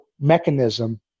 mechanism